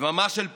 דממה של פחדנים,